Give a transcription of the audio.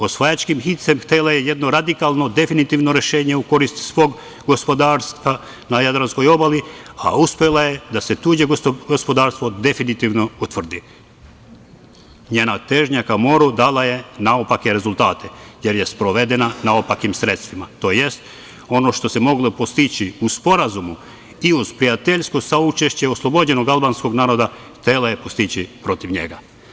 Osvajačkim hicem htela je jedno radikalno, definitivno rešenje u korist svog gospodarstva na Jadranskoj obali, a uspela je da se tuđe gospodarstvo definitivno utvrdi, njena težnja ka moru, dala je naopake rezultate, jer je sprovedena na opakim sredstvima, to jest, ono što se moglo postići u sporazumu i uz prijateljsko saučešće oslobođenog albanskog naroda, htela je postići protiv njega.